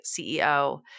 CEO